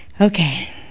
Okay